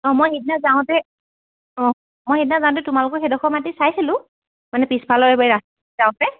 অঁ মই সেইদিনা যাওঁতে অঁ মই সেইদিনা যাওঁতে তোমালোকো সেইডোখৰ মাটি চাইছিলোঁ মানে পিছফালৰ যাওঁতে